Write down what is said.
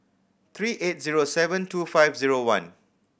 three eight zero seven two five zero one